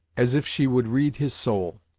as if she would read his soul.